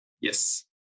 Yes